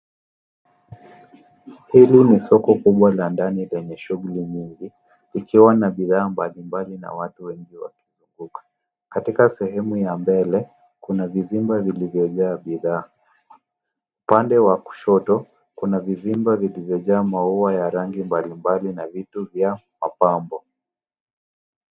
Hili ni soko kubwa la ndani lenye shuguli nyingi ikiwa na bidhaa mbalimbali na watu wengi wakizunguka. Katika sehemu ya mbele kuna vizimba vilivyojaa bidhaa. Upande wa kushoto kuna vizimba vilivyojaa maua ya rangi mbalimbali na vitu vya mapambo.